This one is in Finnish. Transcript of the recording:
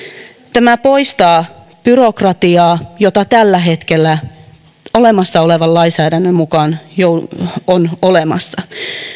tämä poistaa byrokratiaa jota tällä hetkellä olemassa olevan lainsäädännön mukaan on olemassa